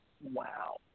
Wow